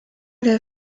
der